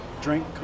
drink